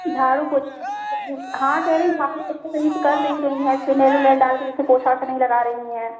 झाड़ू पोछा हाँ कह रहें झाड़ू पोछा सही से कर नहीं रहीं हैं फ़िनाइल विनाइल डालके जैसे पोछा वोछा नहीं लगा रहीं हैं